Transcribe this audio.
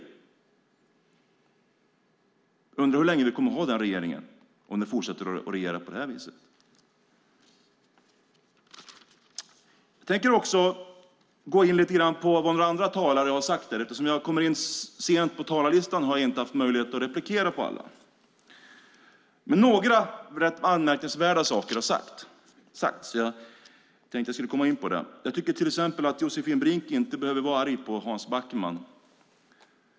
Jag undrar hur länge vi kommer att ha den regeringen om den fortsätter att regera på det här viset. Jag tänker också gå in lite grann på vad några andra talare har sagt. Eftersom jag kommer in sent på talarlistan har jag inte haft möjlighet att replikera på alla. Men några rätt anmärkningsvärda saker har sagts. Jag tänkte komma in på det. Jag tycker till exempel att Josefin Brink inte behöver vara arg på Hans Backman.